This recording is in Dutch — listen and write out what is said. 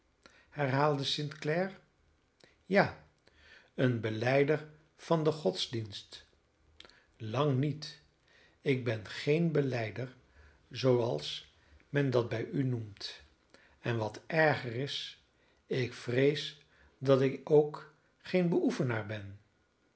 herhaalde st clare ja een belijder van den godsdienst lang niet ik ben geen belijder zooals men dat bij u noemt en wat erger is ik vrees dat ik ook geen beoefenaar ben